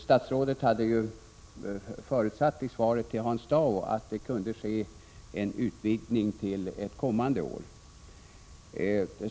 Statsrådet har i svaret till Hans Dau förutsatt att det till ett kommande år kan ske en utvidgning.